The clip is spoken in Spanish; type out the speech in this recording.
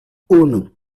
uno